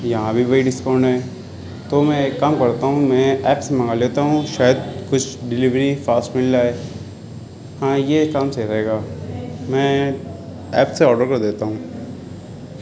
یہاں بھی وہی ڈسکاؤنٹ ہے تو میں ایک کام کرتا ہوں میں ایپس منگا لیتا ہوں شاید کچھ ڈلیوری فاسٹ مل جائے ہاں یہ کام صحیح رہے گا میں ایپ سے آڈر کر دیتا ہوں